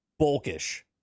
bulkish